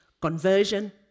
conversion